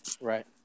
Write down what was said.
Right